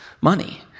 money